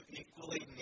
equally